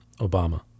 Obama